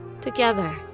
together